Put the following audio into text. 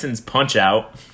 Punch-Out